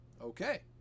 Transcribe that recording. Okay